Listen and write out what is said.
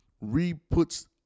re-puts